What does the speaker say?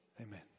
Amen